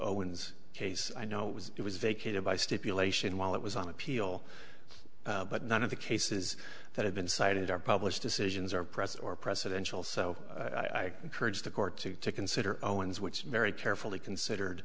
owens case i know it was it was vacated by stipulation while it was on appeal but none of the cases that have been cited are published decisions or press or precedential so i encourage the court to to consider owens which is very carefully considered